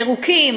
פירוקים,